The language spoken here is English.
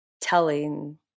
telling